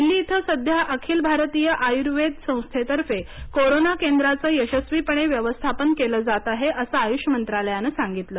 दिल्ली इथं सध्या अखिल भारतीय आयुर्वेद संस्थेतर्फे कोरोना केंद्राचं यशस्वीपणे व्यवस्थापन केलं जात आहे असं आयुष मंत्रालयानं सांगितलं